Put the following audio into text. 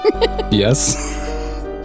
Yes